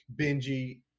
Benji